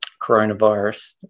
Coronavirus